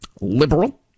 liberal